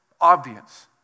obvious